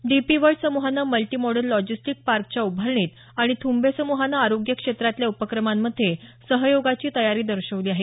DP World समुहानं multimodal logistic पार्कच्या उभारणीत आणि थ्रम्बे समुहानं आरोग्य क्षेत्रातल्या उपक्रमांमध्ये सहयोगाची तयारी दर्शवली आहे